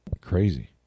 Crazy